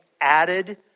added